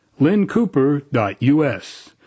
lynncooper.us